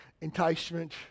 enticement